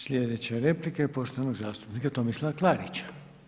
Sljedeća replika je poštovanog zastupnika Tomislava Klarića.